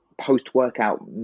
post-workout